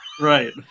Right